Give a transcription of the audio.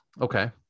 okay